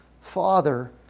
Father